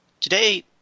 Today